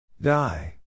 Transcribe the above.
Die